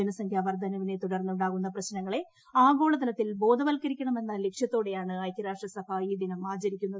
ജനസംഖ്യാ വർദ്ധനവിനെ തുടർന്ന് ഉണ്ടാകുന്ന പ്രശ്നങ്ങളെ ആഗോളതലത്തിൽ ബോധവൽക്കരിക്കണമെന്ന ലക്ഷ്യത്തോടെയാണ് ഐക്യരാഷ്ട്ര സഭ ഈ ദിനം ആചരിക്കുന്നത്